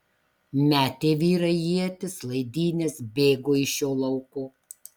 metė vyrai ietis laidynes bėgo iš šio lauko